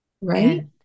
Right